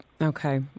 Okay